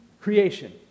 creation